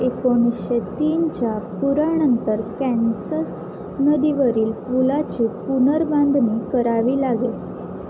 एकोणीसशे तीनच्या पुरानंतर कॅन्सस नदीवरील पुलाची पुनर्बांधणी करावी लागेल